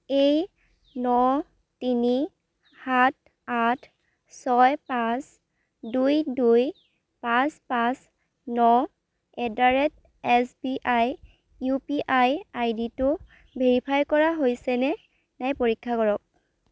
এই ন তিনি সাত আঠ ছয় পাঁচ দুই দুই পাঁচ পাঁচ ন at the rate S B I I U P I আইডিটো ভেৰিফাই কৰা হৈছেনে নাই পৰীক্ষা কৰক